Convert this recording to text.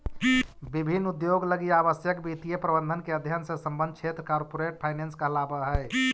विभिन्न उद्योग लगी आवश्यक वित्तीय प्रबंधन के अध्ययन से संबद्ध क्षेत्र कॉरपोरेट फाइनेंस कहलावऽ हइ